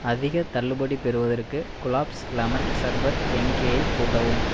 அதிகத் தள்ளுபடி பெறுவதற்கு குலாப்ஸ் லெமன் சர்பத் எண்ணிக்கையை கூட்டவும்